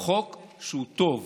חוק שהוא טוב